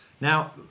Now